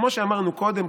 כמו שאמרנו קודם,